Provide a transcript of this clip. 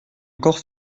encore